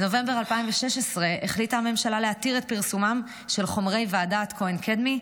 בנובמבר 2016 החליטה הממשלה להתיר את פרסומם של חומרי ועדת כהן-קדמי,